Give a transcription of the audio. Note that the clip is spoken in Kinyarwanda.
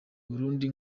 burundi